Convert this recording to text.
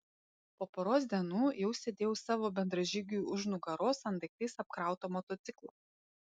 po poros dienų jau sėdėjau savo bendražygiui už nugaros ant daiktais apkrauto motociklo